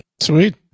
Sweet